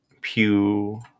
Pew